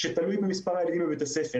וזה תלוי במספר הילדים בבית הספר.